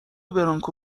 برانکو